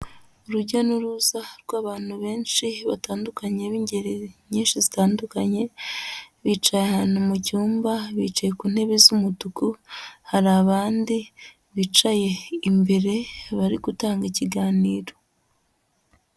Urujya n'uruza rw'abantu benshi batandukanye b'ingeri nyinshi zitandukanye, bicaye ahantu mu cyumba, bicaye ku ntebe z'umutuku, hari abandi bicaye imbere bari gutanga ikiganiro.